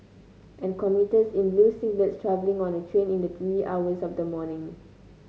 and commuters in blue singlets travelling on a train in the wee hours of the morning